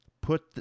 put